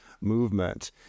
movement